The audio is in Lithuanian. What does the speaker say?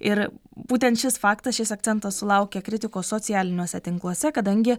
ir būtent šis faktas šis akcentas sulaukė kritikos socialiniuose tinkluose kadangi